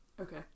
Okay